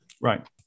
right